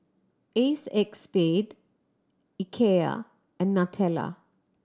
Acexspade Ikea and Nutella